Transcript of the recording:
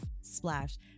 splash